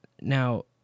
Now